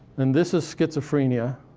and this is schizophrenia,